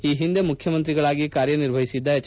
ಈ ಹಿಂದೆ ಮುಖ್ಯಮಂತ್ರಿಗಳಾಗಿ ಕಾರ್ಯನಿರ್ವಹಿಸಿದ್ದ ಎಚ್